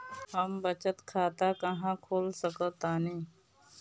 हम बचत खाता कहां खोल सकतानी?